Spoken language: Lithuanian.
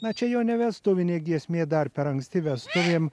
na čia jo ne vestuvinė giesmė dar per anksti vestuvėm